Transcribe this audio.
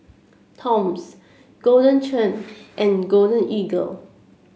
Toms Golden Churn and Golden Eagle